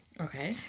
okay